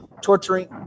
torturing